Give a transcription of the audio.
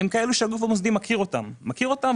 הן כאלה שהגוף המוסדי מכיר אותן והוא